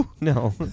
no